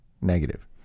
negative